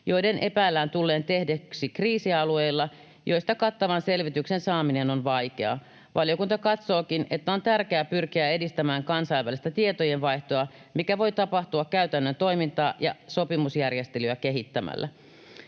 joiden epäillään tulleen tehdyksi kriisialueilla, joista kattavan selvityksen saaminen on vaikeaa. Valiokunta katsookin, että on tärkeää pyrkiä edistämään kansainvälistä tietojenvaihtoa, mikä voi tapahtua käytännön toimintaa ja sopimusjärjestelyjä kehittämällä.